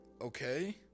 okay